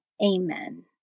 Amen